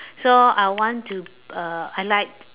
so I want to uh I like